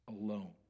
alone